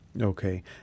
Okay